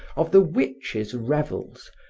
of the witches' revels,